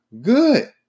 Good